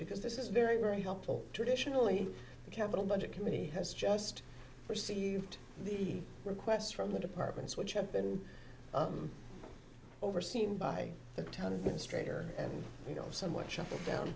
because this is very very helpful traditionally the capital budget committee has just received the requests from the departments which have been overseen by the taliban straighter and you know somewhat shuffled down